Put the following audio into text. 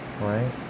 right